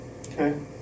Okay